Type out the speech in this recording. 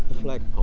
flag pole.